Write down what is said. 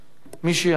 מי שיענה הוא